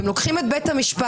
אתם לוקחים את בית המשפט,